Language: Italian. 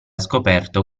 scoperto